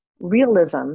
realism